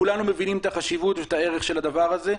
כולנו מבינים את החשיבות ואת הערך של הדבר הזה.